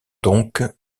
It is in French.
donc